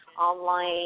online